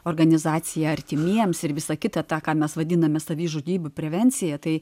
organizacija artimiems ir visa kita tą ką mes vadiname savižudybių prevencija tai